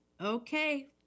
Okay